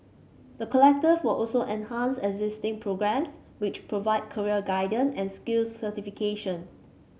the collective will also enhance existing programmes which provide career guidance and skills certification